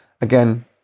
again